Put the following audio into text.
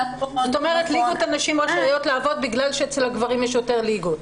זאת אומרת ליגות הנשים רשאיות לעבוד בגלל שאצל הגברים יש יותר ליגות.